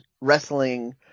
wrestling